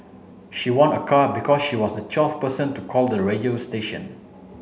she won a car because she was the twelfth person to call the radio station